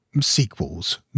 sequels